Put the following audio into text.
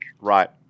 right